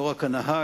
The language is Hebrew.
לא רק הנהג,